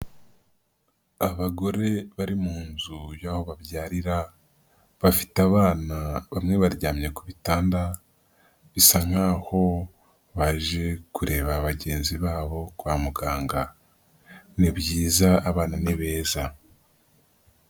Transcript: Abagore bari mu nzu yaho babyarira bafite abana bamwe baryamye ku bitanda bisa nk'aho baje kureba bagenzi babo kwa muganga, ni byiza abana ni beza.